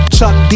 Chuck